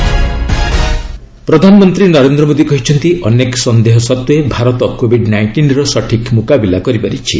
PM WEF ପ୍ରଧାନମନ୍ତ୍ରୀ ନରେନ୍ଦ୍ର ମୋଦୀ କହିଛନ୍ତି ଅନେକ ସନ୍ଦେହ ସତ୍ତ୍ୱେ ଭାରତ କୋବିଡ୍ ନାଇଷ୍ଟିନ୍ର ସଠିକ୍ ମୁକାବିଲା କରିପାରିଛି